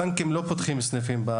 הבנקים לא פותחים סניפים.